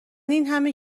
اینهمه